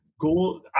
goal